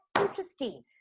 interesting